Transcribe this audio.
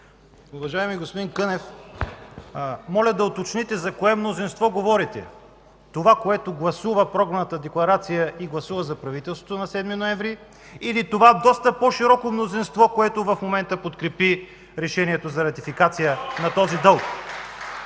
Уважаеми господин Кънев, моля да уточните за кое мнозинство говорите – това, което гласува програмната декларация и гласува за правителството на 7 ноември, или това доста по-широко мнозинство, което в момента подкрепи решението за ратификация на този дълг.